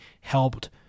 helped